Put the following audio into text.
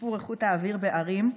לשיפור איכות האוויר בערים,